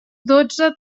dotze